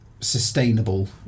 sustainable